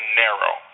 narrow